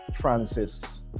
Francis